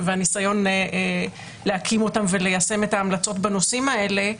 והניסיון להקים אותם וליישם את ההמלצות בנושאים האלה.